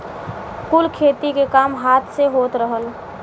कुल खेती के काम हाथ से होत रहल